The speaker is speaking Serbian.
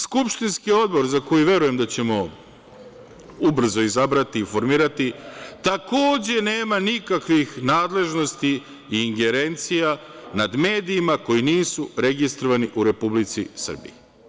Skupštinski odbor, za koji verujem da ćemo ubrzo izabrati i formirati, takođe nema nikakvih nadležnosti i ingerencija nad medijima koji nisu registrovani u Republici Srbiji.